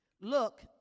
look